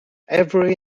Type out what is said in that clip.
every